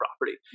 property